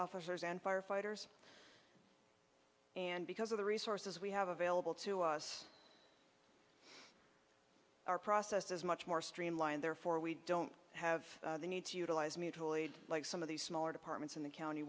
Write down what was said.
officers and firefighters and because of the resources we have available to us are processed as much more streamlined therefore we don't have the need to utilize mutual aid like some of the smaller departments in the county